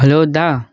hello दा